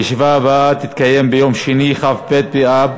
השיבה הבאה תתקיים ביום שני, כ"ט באב